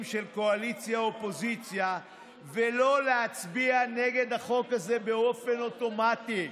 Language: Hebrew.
של קואליציה אופוזיציה ולא להצביע נגד החוק הזה באופן אוטומטי.